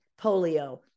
polio